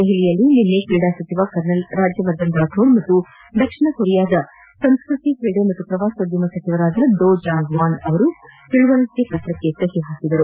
ದೆಹಲಿಯಲ್ಲಿ ನಿನ್ನೆ ್ರೀಡಾ ಸಚಿವ ಕರ್ನಲ್ ರಾಜ್ಜವರ್ಧನ್ ರಾಥೋಡ್ ಮತ್ತು ದಕ್ಷಿಣ ಕೊರಿಯಾದ ಸಂಸ್ಕೃತಿ ್ರೀಡೆ ಮತ್ತು ಪ್ರವಾಸೋದ್ಲಮ ಸಚಿವ ಡೊ ಜಾಂಗ್ ವಾನ್ ಅವರು ತಿಳುವಳಿಕೆ ಪತ್ರಕ್ಷೆ ಸಹಿ ಹಾಕಿದರು